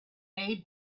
made